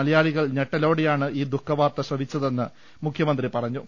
മലയാളികൾ ഞെട്ടലോടെയാണ് ഈ ദുഃഖ വാർത്ത ശ്രവിച്ചതെന്ന് മുഖ്യമന്ത്രി പറഞ്ഞു